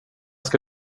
ska